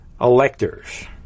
electors